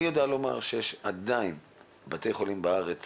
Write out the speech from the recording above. אני יודע לומר שעדיין יש בתי חולים בארץ